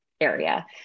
area